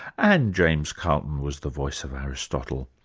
and james carlton was the voice of aristotle.